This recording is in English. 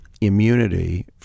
immunity